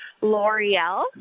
L'Oreal